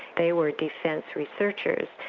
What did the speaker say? they were defence researchers,